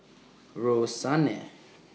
Roxane